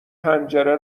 پنجره